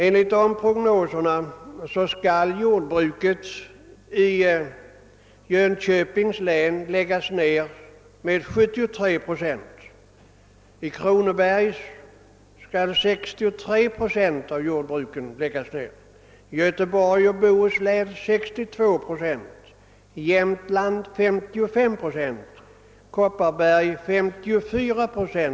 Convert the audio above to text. Enligt dessa prognoser skall i Jönköpings län 73 procent av jordbruken läggas ned, i Kronobergs län 63 procent, i Göteborgs och Bohus län 62 procent, i Jämtlands län 55 procent och i Kopparbergs län 54 procent.